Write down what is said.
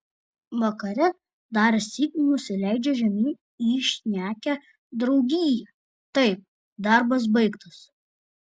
vakare darsyk nusileidžia žemyn į šnekią draugiją taip darbas baigtas